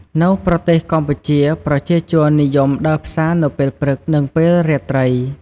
នៅប្រទេសកម្ពុជា ប្រជាជននិយមដើរផ្សារនៅពេលព្រឹក និងពេលរាត្រី។